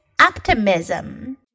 optimism